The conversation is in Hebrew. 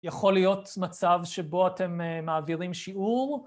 יכול להיות מצב שבו אתם מעבירים שיעור.